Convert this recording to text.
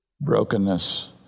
brokenness